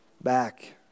back